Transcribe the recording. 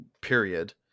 period